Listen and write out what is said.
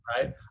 right